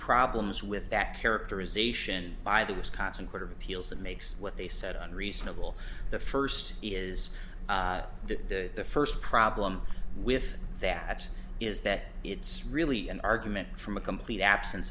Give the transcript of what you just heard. problems with that characterization by the wisconsin court of appeals that makes what they said on reasonable the first is the first problem with that is that it's really an argument from complete absence